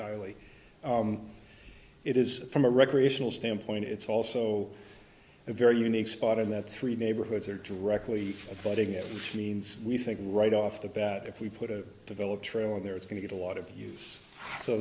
highly it is from a recreational standpoint it's also a very unique spot in that three neighborhoods are directly a budding it means we think right off the bat if we put a developed trail in there it's going to get a lot of use so